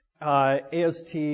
AST